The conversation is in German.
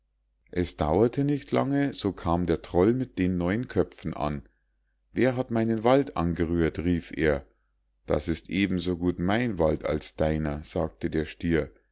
es dauerte nicht lange so kam der troll an wer hat meinen wald angerührt rief er das ist eben so gut mein wald als deiner sagte der stier